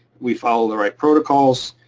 we follow the right protocols,